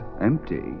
empty